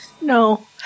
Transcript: No